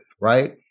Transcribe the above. right